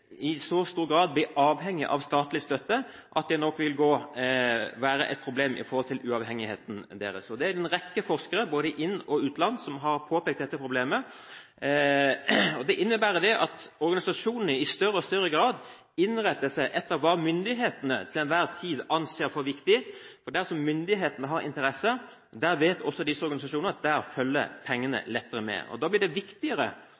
i så stor grad blir avhengig av statlig støtte at det nok vil være et problem i forhold til uavhengigheten deres. Det er en rekke forskere, i både inn- og utland, som har påpekt dette problemet. Det innebærer at organisasjonene i større og større grad innretter seg etter hva myndighetene til enhver tid anser for viktig. Der myndighetene har interesse, vet disse organisasjonene at pengene følger lettere med. Da blir det viktigere